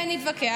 ונתווכח.